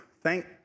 Thank